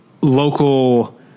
local